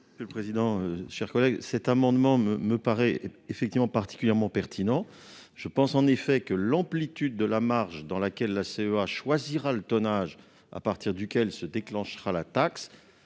vote. L'objet de cet amendement me paraît particulièrement pertinent. Je pense en effet que l'amplitude de la marge dans laquelle la CEA choisira le tonnage à partir duquel se déclenchera la taxe,